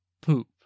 poop